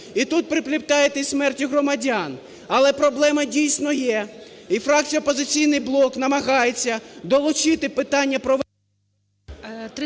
і тут приплітаєте смерть громадян, але проблема дійсно є. І фракція "Опозиційний блок" намагається долучити питання… ГОЛОВУЮЧИЙ.